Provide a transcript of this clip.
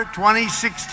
2016